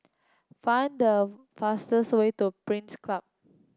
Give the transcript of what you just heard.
find the fastest way to Pines Club